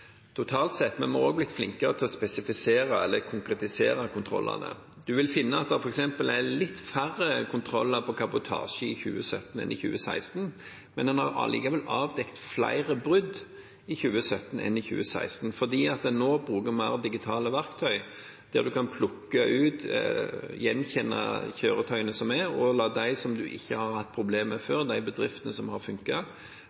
totalt sett, men vi har også blitt flinkere til å spesifisere eller konkretisere kontrollene. En vil finne at det f.eks. er litt færre kontroller med kabotasje i 2017 enn i 2016, men en har allikevel avdekket flere brudd i 2017 enn i 2016 fordi en nå bruker digitale verktøy mer, der en kan plukke ut og gjenkjenne kjøretøyene og la dem en ikke har hatt problemer